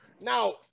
Now